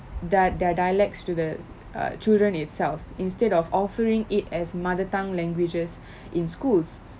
their their dialects to the uh children itself instead of offering it as mother tongue languages in schools